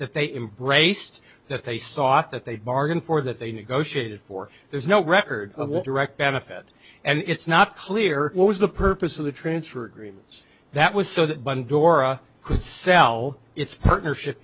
that they embraced that they sought that they bargain for that they negotiated for there's no record of one direct benefit and it's not clear what was the purpose of the transfer agreements that was so that bun dora could sell its partnership